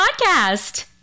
Podcast